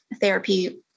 therapy